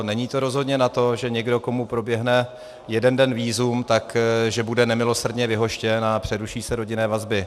Není to rozhodně na to, že někdo, komu proběhne jeden den vízum, tak že bude nemilosrdně vyhoštěn a přeruší se rodinné vazby.